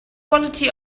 quality